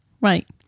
Right